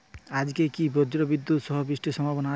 আজকে কি ব্রর্জবিদুৎ সহ বৃষ্টির সম্ভাবনা আছে?